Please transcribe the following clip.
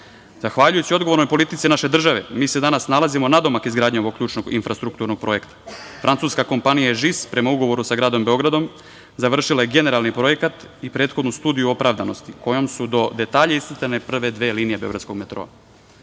Zahvaljujući odgovornoj politici naše države, mi se danas nalazimo nadomak izgradnje ovog ključnog infrastrukturnog projekta. Francuska kompanija „Ežis“ prema ugovoru sa gradom Beogradom završila je generalni projekat i prethodnu studiju opravdanosti kojom su do detalja iscrtane prve dve linije beogradskog metroa. Ovim